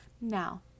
Now